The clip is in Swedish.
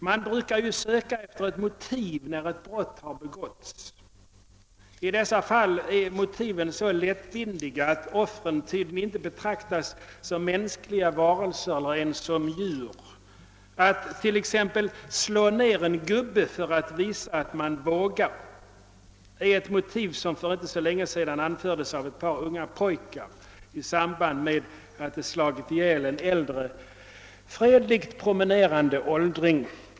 Man brukar ju söka efter ett motiv när ett brott har begåtts. I dessa fall är motiven så lättvindiga att offren tydligen inte betraktas som mänskliga varelser eller ens som djur. Att »slå ner en gubbe för att visa att man vågar» är ett motiv som för inte så länge sedan anfördes av ett par unga pojkar i samband med att de slagit ihjäl en fredligt promenerande åldring.